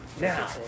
Now